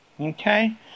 Okay